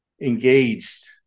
engaged